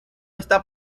está